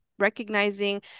recognizing